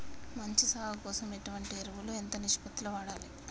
మంచి సాగు కోసం ఎటువంటి ఎరువులు ఎంత నిష్పత్తి లో వాడాలి?